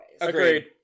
Agreed